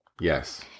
Yes